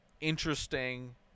interesting